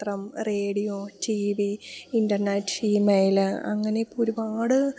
പത്രം radio T V internet email അങ്ങനെ ഇപ്പൊരുപാട്